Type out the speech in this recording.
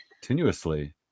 continuously